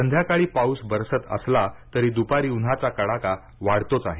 संध्याकाळी पाऊस बरसत असला तरी दुपारी उन्हाचा कडाका वाढतोच आहे